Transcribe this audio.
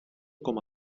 com